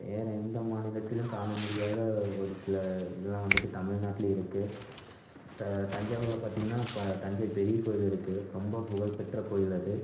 வேறு எந்த மாநிலத்திலேயும் காண முடியாத ஒரு சில இதுலாம் வந்துட்டு தமிழ்நாட்டில் இருக்குது த தஞ்சாவூரில் பாத்திங்கனா இப்போ தஞ்சை பெரிய கோயில் இருக்குது ரொம்ப புகழ்பெற்ற கோயில் அது